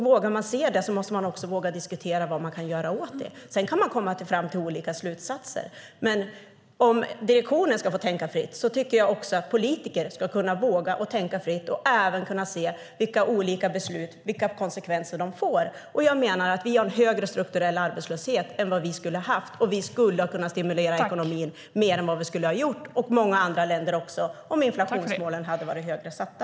Vågar man se det måste man också våga diskutera vad man kan göra åt det. Sedan kan man komma fram till olika slutsatser. Men om direktionen ska få tänka fritt tycker jag att också politiker ska kunna våga tänka fritt och även kunna se vilka konsekvenser olika beslut får. Jag menar att vi har en högre strukturell arbetslöshet än vad vi kunde ha haft. Vi och många andra länder skulle ha kunnat stimulera ekonomin mer än vad vi gjort om inflationsmålen varit högre satta.